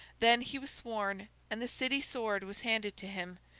then he was sworn, and the city sword was handed to him,